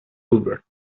hubert